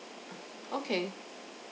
okay